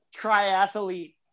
triathlete